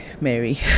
Mary